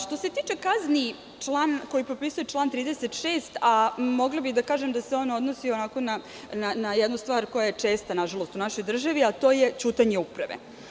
Što se tiče kazni koje propisuje član 36, amogla bih da kažem da se odnosi na jednu stvar koja je česta, nažalost, u našoj državi, a to je ćutanje uprave.